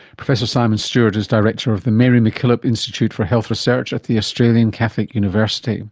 professor simon stewart is director of the mary mackillop institute for health research at the australian catholic university